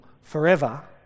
forever